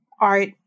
art